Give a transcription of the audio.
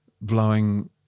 blowing –